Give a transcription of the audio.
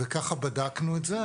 וככה בדקנו את זה.